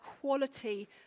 quality